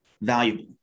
valuable